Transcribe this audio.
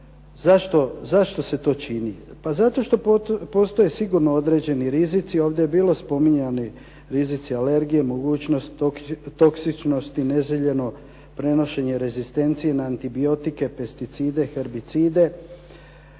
Zašto se to čini? Pa zato što postoje sigurno određeni rizici, ovdje su bili spominjani rizici alergije, mogućnost toksičnosti, neželjeno prenošenje rezistencije na antibiotike, pesticide, herbicide.